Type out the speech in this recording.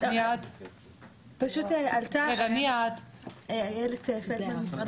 אילת פלדמן, ממשרד